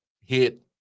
hit